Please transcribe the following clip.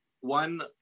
one